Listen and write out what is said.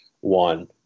one